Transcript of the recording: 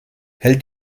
hält